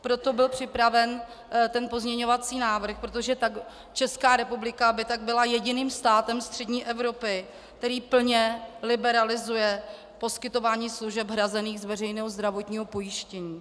Proto byl připraven pozměňovací návrh, protože Česká republika by tak byla jediným státem střední Evropy, který plně liberalizuje poskytování služeb hrazených z veřejného zdravotního pojištění.